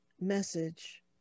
message